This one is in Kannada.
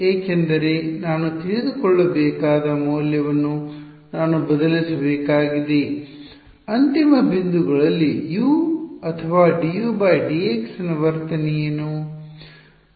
ಏಕೆಂದರೆ ನಾನು ತಿಳಿದುಕೊಳ್ಳಬೇಕಾದ ಮೌಲ್ಯವನ್ನು ನಾನು ಬದಲಿಸಬೇಕಾಗಿದೆ ಅಂತಿಮ ಬಿಂದುಗಳಲ್ಲಿ U ಅಥವಾ dU dx ನ ವರ್ತನೆ ಏನು